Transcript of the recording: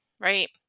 right